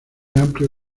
amplio